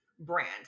brand